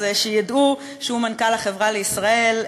אז שידעו שהוא מנכ"ל "החברה לישראל",